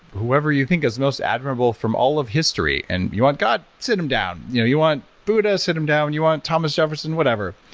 whoever you think is most admirable from all of history and you want god, sit him down. you know you want buddha, sit him down. you want thomas jefferson, whatever,